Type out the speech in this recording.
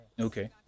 okay